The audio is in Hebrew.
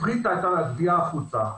הפריטה את הגבייה החוצה,